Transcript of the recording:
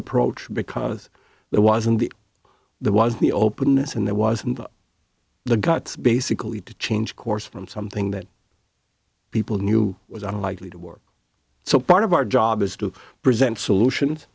approach because there wasn't the the was the openness and there wasn't the guts basically to change course from something that people knew was unlikely to work so part of our job is to present solutions